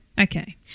Okay